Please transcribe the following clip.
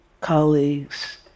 colleagues